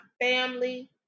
family